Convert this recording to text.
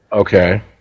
Okay